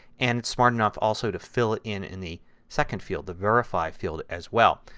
and smart enough also to fill it in in the second field, the verify field, as well.